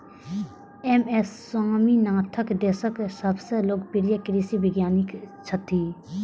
M S Swaminathan देशक सबसं लोकप्रिय कृषि वैज्ञानिक छथि